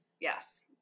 Yes